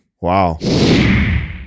Wow